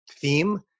theme